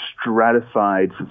stratified